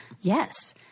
Yes